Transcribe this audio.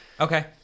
Okay